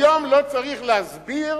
היום לא צריך להסביר